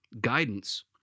guidance